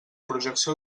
projecció